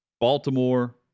Baltimore